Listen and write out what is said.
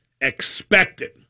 expected